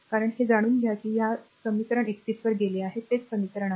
कारण हे जाणून घ्या जर समीकरण 31 वर गेले तर तेच हे समीकरण आहे